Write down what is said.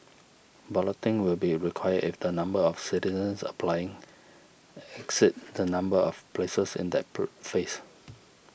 balloting will be required if the number of citizens applying exceeds the number of places in that phase